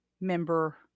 member